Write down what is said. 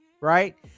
right